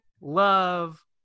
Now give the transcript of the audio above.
love